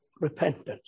repentance